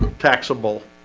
taxable